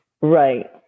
Right